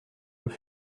peut